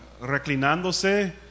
reclinándose